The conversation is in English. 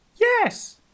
Yes